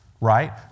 Right